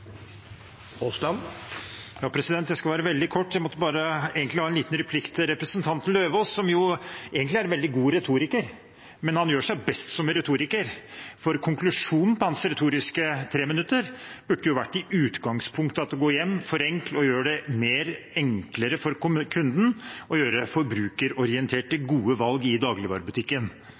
som egentlig er en veldig god retoriker, men han gjør seg best som retoriker, for konklusjonen på hans retoriske treminutter burde i utgangspunktet være: Gå hjem og gjør det enklere for kunden å gjøre forbrukerorienterte, gode valg i dagligvarebutikken.